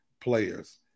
players